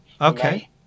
Okay